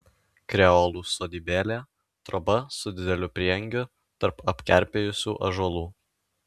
kreolų sodybėlė troba su dideliu prieangiu tarp apkerpėjusių ąžuolų